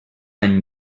any